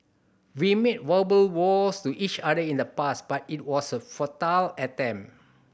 we made verbal vows to each other in the past but it was a futile attempt